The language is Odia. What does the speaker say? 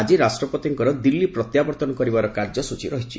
ଆଜି ରାଷ୍ଟ୍ରପତିଙ୍କର ଦିଲ୍ଲୀ ପ୍ରତ୍ୟାବର୍ତ୍ତନ କରିବାର କାର୍ଯ୍ୟସୂଚୀ ରହିଛି